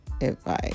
advice